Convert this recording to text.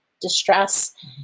distress